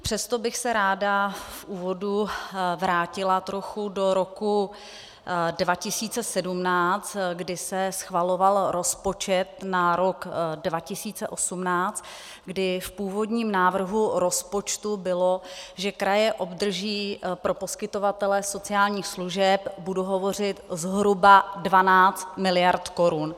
Přesto bych se ráda v úvodu vrátila trochu do roku 2017, kdy se schvaloval rozpočet na rok 2018, kdy v původním návrhu rozpočtu bylo, že kraje obdrží pro poskytovatele sociálních služeb, budu hovořit zhruba, 12 mld. korun.